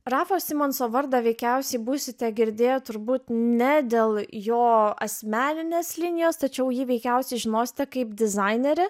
rafo simonso vardą veikiausiai būsite girdėję turbūt ne dėl jo asmeninės linijos tačiau jį veikiausiai žinosite kaip dizainerį